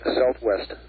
southwest